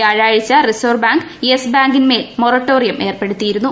വ്യാഴാഴ്ച reserve bank yes ബാങ്കിന്റെ മേൽ മൊറട്ടോറിയം ഏർപ്പെടുത്തിയിരുന്നു